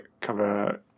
cover